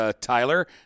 Tyler